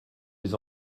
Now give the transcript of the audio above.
les